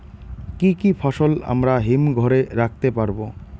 কি কি ফসল আমরা হিমঘর এ রাখতে পারব?